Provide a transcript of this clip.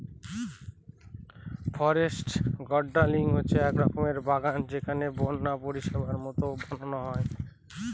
forest gardening হচ্ছে এক রকমের বাগান যেটাকে বন্য পরিবেশের মতো বানানো হয়